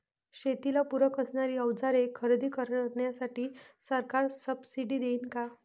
शेतीला पूरक असणारी अवजारे खरेदी करण्यासाठी सरकार सब्सिडी देईन का?